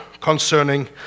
concerning